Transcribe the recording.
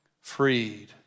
Freed